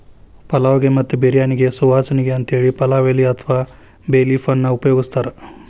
ಪಲಾವ್ ಗೆ ಮತ್ತ ಬಿರ್ಯಾನಿಗೆ ಸುವಾಸನಿಗೆ ಅಂತೇಳಿ ಪಲಾವ್ ಎಲಿ ಅತ್ವಾ ಬೇ ಲೇಫ್ ಅನ್ನ ಉಪಯೋಗಸ್ತಾರ